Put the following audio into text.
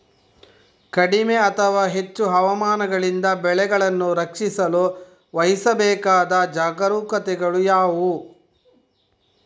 ಕಡಿಮೆ ಅಥವಾ ಹೆಚ್ಚು ಹವಾಮಾನಗಳಿಂದ ಬೆಳೆಗಳನ್ನು ರಕ್ಷಿಸಲು ವಹಿಸಬೇಕಾದ ಜಾಗರೂಕತೆಗಳು ಯಾವುವು?